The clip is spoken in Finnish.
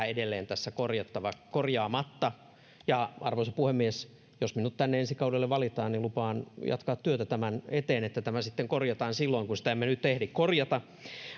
edelleen tässä korjaamatta ja arvoisa puhemies jos minut tänne ensi kaudelle valitaan niin lupaan jatkaa työtä tämän eteen että tämä sitten korjataan silloin kun sitä emme nyt ehdi korjata